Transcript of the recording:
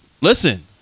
Listen